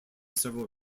several